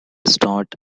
start